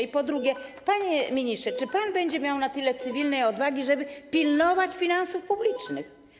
I po drugie, panie ministrze, czy pan będzie miał na tyle cywilnej odwagi, żeby pilnować finansów publicznych?